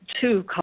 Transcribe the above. Two